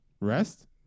Rest